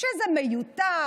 שזה מיותר,